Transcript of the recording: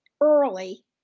early